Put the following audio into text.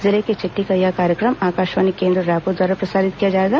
जिले की चिट्ठी का यह कार्यक्रम आकाशवाणी केंद्र रायपुर द्वारा प्रसारित किया जाएगा